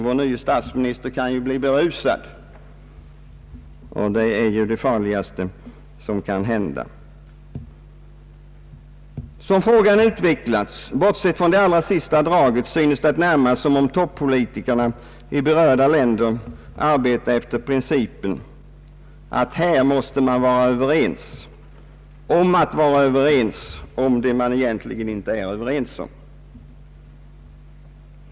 Vår nye statsminister kan bli berusad och det är det farligaste som kan hända. Som frågan utvecklats — bortsett från det allra sista draget — synes det närmast som om toppolitikerna i berörda länder arbetat efter principen, att man här måste vara överens om det man egentligen inte är överens om.